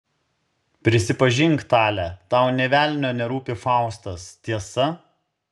prisipažink tale tau nė velnio nerūpi faustas tiesa